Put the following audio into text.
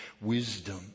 wisdom